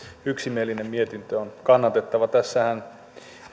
yksimielinen mietintö ovat kannatettavia tässähän